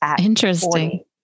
Interesting